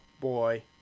boy